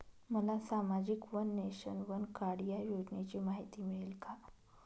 मला सामाजिक one nation, one card या योजनेची माहिती मिळेल का?